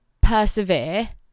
persevere